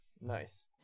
Nice